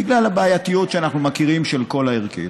בגלל הבעייתיות שאנחנו מכירים של כל ההרכב,